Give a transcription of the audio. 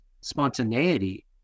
spontaneity